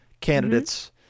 candidates